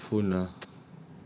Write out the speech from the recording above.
go get a new phone lah